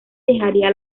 dejaría